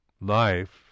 life